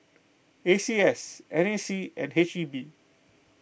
A C S N A C and H E B